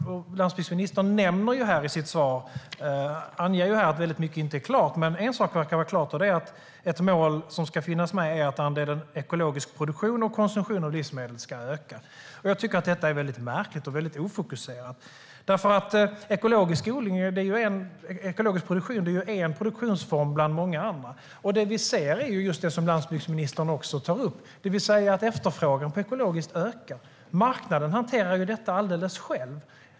Landsbygdsministern anger här i sitt svar att mycket inte är klart. Men en sak verkar vara klar, och det är att ett mål som ska finnas med är att andelen ekologisk produktion och konsumtion av ekologiska livsmedel ska öka. Jag tycker att detta är märkligt och ofokuserat. Ekologisk produktion är en produktionsform bland många andra. Det vi ser är just det som landsbygdsministern också tar upp, det vill säga att efterfrågan på ekologiskt ökar. Marknaden hanterar detta alldeles själv.